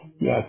Yes